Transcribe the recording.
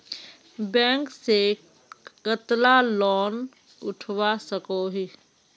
Bank से कतला loan उठवा सकोही?